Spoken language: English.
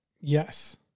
Yes